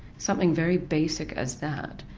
something very basic as that.